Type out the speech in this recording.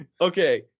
okay